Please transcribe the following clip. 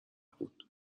بود